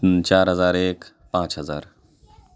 چار ہزار ایک پانچ ہزار